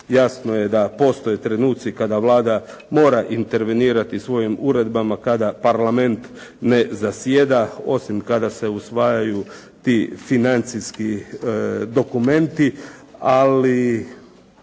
jasno je da postoje trenuci kada Vlada mora intervenirati svojim uredbama kada parlament ne zasjeda osim kada se usvajaju ti financijski dokumenti, ali